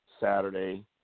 Saturday